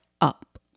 up